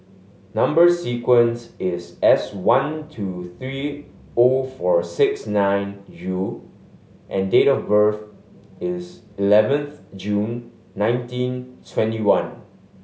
number sequence is S one two three O four six nine U and date of birth is eleventh June nineteen twenty one